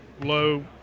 low